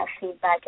feedback